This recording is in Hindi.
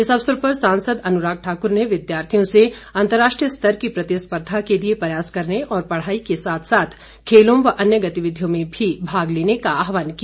इस अवसर पर सांसद अनुराग ठाकुर ने विद्यार्थियों से अंतर्राष्ट्रीय स्तर की प्रतिस्पर्धा के लिए प्रयास करने और पढ़ाई के साथ साथ खेलों व अन्य गतिविधियों में भी भाग लेने का आह्वान किया